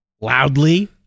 loudly